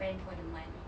spend for the month